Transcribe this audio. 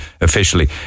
officially